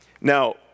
Now